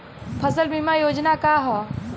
फसल बीमा योजना का ह?